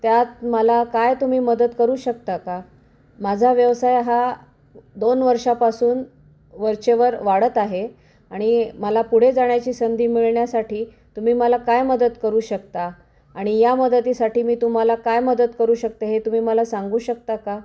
त्यात मला काय तुम्ही मदत करू शकता का माझा व्यवसाय हा दोन वर्षांपासून वरचेवर वाढत आहे आणि मला पुढे जाण्याची संधी मिळण्यासाठी तुम्ही मला काय मदत करू शकता आणि या मदतीसाठी मी तुम्हाला काय मदत करू शकते हे तुम्ही मला सांगू शकता का